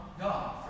God